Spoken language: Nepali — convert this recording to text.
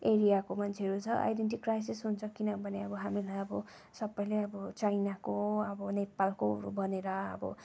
एरियाको मान्छेहरू छ आइडेन्टटिटी क्राइसिस हुन्छ किनभने अब हामीलाई अब सबले अब चाइनाको अब नेपालकोहरू भनेर अब